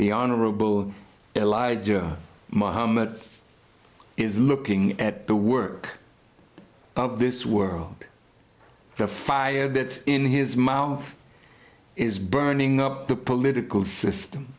the honorable elijah muhammad is looking at the work of this world the fire that in his mouth is burning up the political system